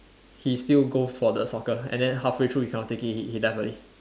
he still go for the soccer and then halfway through he can not take it he he left early